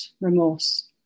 remorse